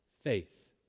faith